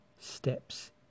steps